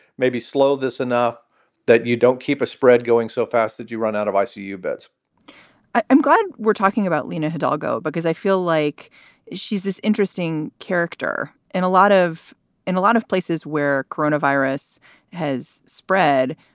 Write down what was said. maybe slow this enough that you don't keep a spread going so fast that you run out of icu beds i'm glad we're talking about lena hidalgo, because i feel like she's this interesting character and a lot of in a lot of places where corona virus has spread.